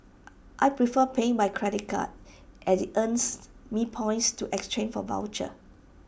I prefer paying by credit card as IT earns me points to exchange for vouchers